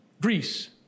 Greece